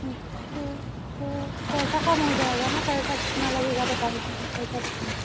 अच्छा अच्छा पैसा कम हो जाएगा ना पैसा कितना लगेगा बता दीजिए पैसा कितना